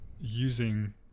using